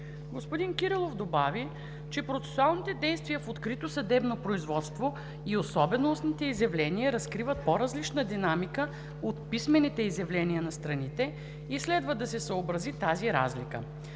Господин Кирилов добави, че процесуалните действия в открито съдебно производство и особено устните изявления разкриват по-различна динамика от писмените изявления на страните и следва да се съобрази тази разлика.